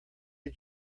did